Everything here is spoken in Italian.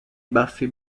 baffi